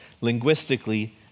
linguistically